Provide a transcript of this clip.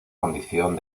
condición